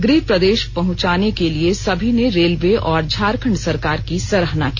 गृह प्रदेश पहुंचाने के लिए समी ने रेलवे और झारखंड सरकार की सराहना की